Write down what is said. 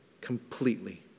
Completely